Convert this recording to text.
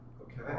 Okay